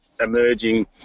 emerging